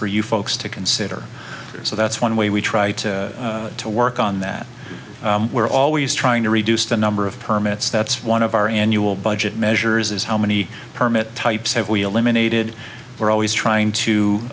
for you folks to consider so that's one way we try to to work on that we're always trying to reduce the number of permits that's one of our annual budget measures is how many permit types have we eliminated we're always trying to